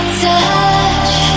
touch